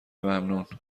ممنون